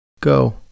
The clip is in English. Go